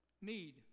Need